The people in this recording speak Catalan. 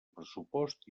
pressupost